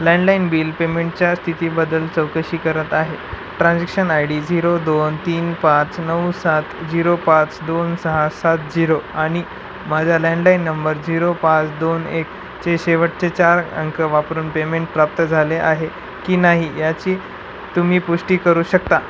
landline bill पेमेंटच्या स्थितीबद्दल चौकशी करत आहे ट्रान्झॅक्शन आय डी झिरो दोन तीन पाच नऊ सात झिरो पाच दोन सहा सात झिरो आणि माझा लँडलाईन नंबर झिरो पाच दोन एकचे शेवटचे चार अंक वापरून पेमेंट प्राप्त झाले आहे की नाही याची तुम्ही पुष्टी करू शकता